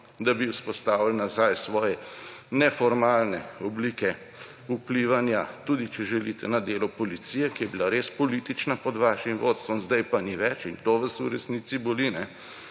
da bi vzpostavili nazaj svoje neformalne oblike vplivanja, če želite, tudi na delu policije, ki je bila res politična pod vašim vodstvom, zdaj pa ni več, in to vas v resnici boli.